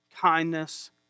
kindness